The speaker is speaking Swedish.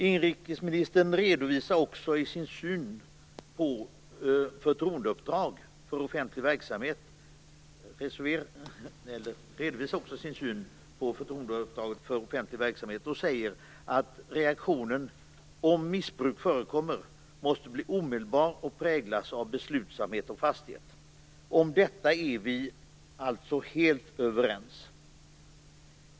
Inrikesministern redovisar delvis också sin syn på förtroendeuppdrag för offentlig verksamhet och säger att reaktionen, om missbruk förekommer, måste bli omedelbar och präglas av beslutsamhet och fasthet. Om detta är vi helt överens.